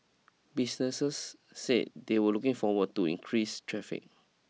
businesses said they were looking forward to increase traffic